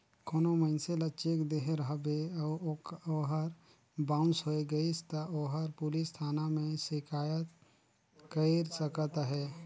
कोनो मइनसे ल चेक देहे रहबे अउ ओहर बाउंस होए गइस ता ओहर पुलिस थाना में सिकाइत कइर सकत अहे